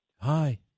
Hi